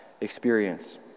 experience